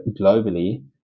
globally